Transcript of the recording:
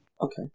Okay